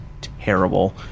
Terrible